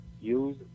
use